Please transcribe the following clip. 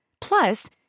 Plus